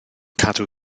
cadw